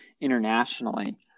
internationally